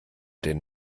den